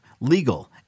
legal